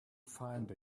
find